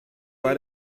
bei